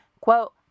quote